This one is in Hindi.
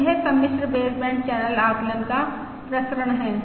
यह सम्मिश्र बेसबैंड चैनल आकलन का प्रसरण है